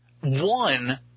one